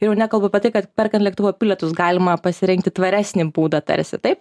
ir jau nekalbu apie tai kad perkant lėktuvo bilietus galima pasirinkti tvaresnį būdą tarsi taip